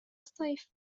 الصيف